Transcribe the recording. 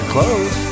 Clothes